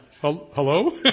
hello